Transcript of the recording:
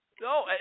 no